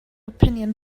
opinion